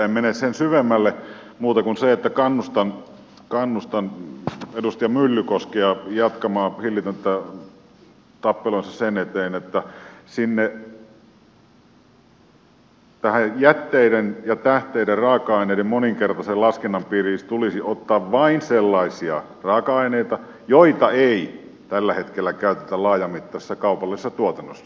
en mene sen syvemmälle muuta kuin siihen että kannustan edustaja myllykoskea jatkamaan hillitöntä tappeluansa sen eteen että sinne jätteiden ja tähteiden raaka aineiden moninkertaisen laskennan piiriin tulisi ottaa vain sellaisia raaka aineita joita ei tällä hetkellä käytetä laajamittaisessa kaupallisessa tuotannossa